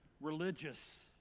religious